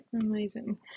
amazing